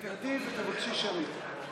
תרדי ותבקשי שמית.